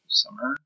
summer